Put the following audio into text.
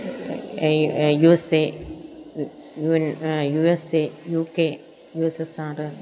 you S A U N U S A U K U S S R